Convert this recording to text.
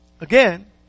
Again